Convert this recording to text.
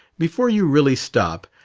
before you really stop,